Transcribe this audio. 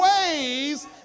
ways